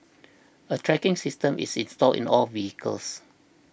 a tracking system is installed in all vehicles